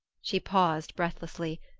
she paused breathlessly,